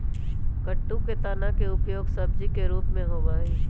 कुट्टू के तना के उपयोग सब्जी के रूप में होबा हई